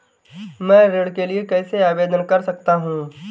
मैं ऋण के लिए कैसे आवेदन कर सकता हूं?